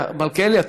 מלכיאלי,